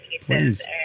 Please